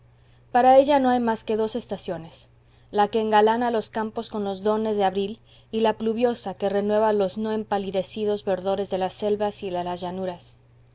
para ella no hay más que dos estaciones la que engalana los campos con los dones de abril y la pluviosa que renueva los no empalidecidos verdores de las selvas y de las llanuras